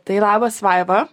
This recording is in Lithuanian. tai labas vaiva